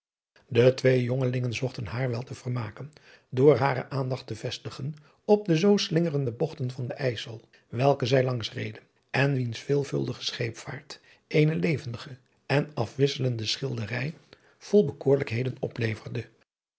de twee jongelingen zochten haar wel te vermaken door hare aandacht te vestigen op de zoo slingerende bogten van den ijssel welke zij langs reden en wiens veelvuldige scheepvaart eene levendige en afwisselende schilderij vol bekoorlijkheden opleverde